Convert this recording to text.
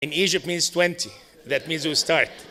In Egypt means 20, that means we start.